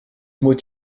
moet